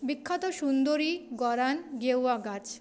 বিখ্যাত সুন্দরী গরান গেওয়া গাছ